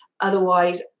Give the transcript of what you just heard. Otherwise